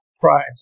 price